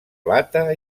plata